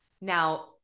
Now